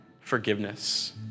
forgiveness